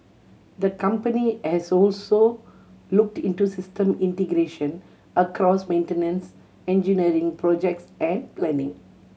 the company has also looked into system integration across maintenance engineering projects and planning